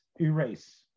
erase